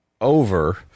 over